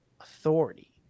authority